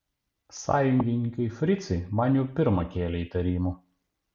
sąjungininkai fricai man jau pirma kėlė įtarimų